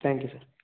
thank you sir